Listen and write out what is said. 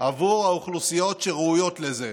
בעבור האוכלוסיות שראויות לזה.